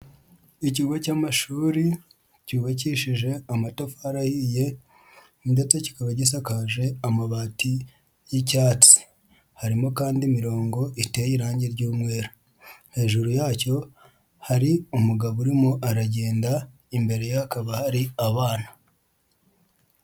Ikigo cy'amashuri cyubakishije amatafari ahiye ndetse kikaba gisakaje amabati y'icyatsi, harimo kandi imirongo iteye irange ry'umweru, hejuru yacyo hari umugabo urimo aragenda imbere ye hakaba hari abana.